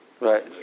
Right